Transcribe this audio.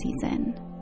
season